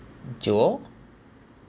joe